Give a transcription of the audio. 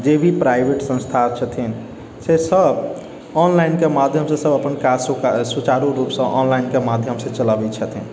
जे भी प्राइवेट संस्था छथिन से सब ऑनलाइनके माध्यमसँ सब अपन काज सुचारु रूपसँ ऑनलाइनके माध्यमसँ चलबै छथिन